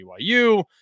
BYU